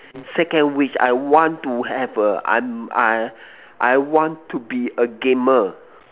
second wish I want to have a I'm I I want to be a gamer